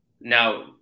now